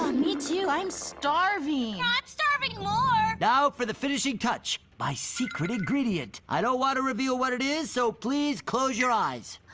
ah me too, i'm starving! i'm starving more! now for the finishing touch my secret ingredient. i don't want to reveal what it is, so please close your eyes.